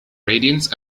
radiance